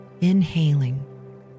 inhaling